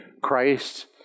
Christ